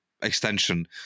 extension